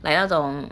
like 那种